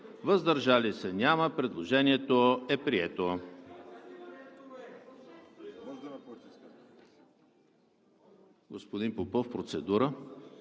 въздържали се няма. Предложението е прието.